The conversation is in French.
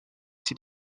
ses